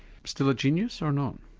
still a genius, or not?